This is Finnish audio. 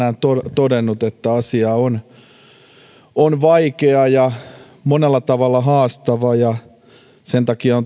todennut että asia on vaikea ja monella tavalla haastava ja sen takia